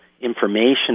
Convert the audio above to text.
information